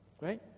right